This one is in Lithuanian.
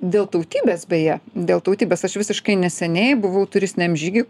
dėl tautybės beje dėl tautybės aš visiškai neseniai buvau turistiniam žygy